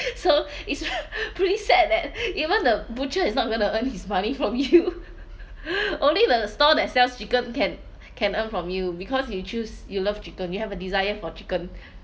so it's pretty sad that even the butcher is not going to earn his money from you only when a store that sells chicken can can earn from you because you choose you love chicken you have a desire for chicken